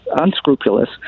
unscrupulous